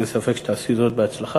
אין ספק שתעשי זאת בהצלחה,